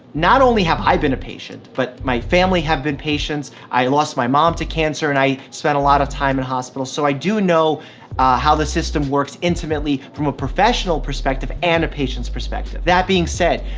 not only have i been a patient, but my family have been patients. i lost my mom to cancer, and i spend a lot of time in hospitals. so i do know how the system works intimately from a professional perspective and a patient's perspective. that being said,